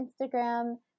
Instagram